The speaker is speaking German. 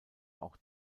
auch